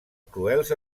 cruels